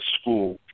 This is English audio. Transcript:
school